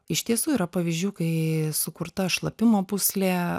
iš tiesų yra pavyzdžių kai sukurta šlapimo pūslė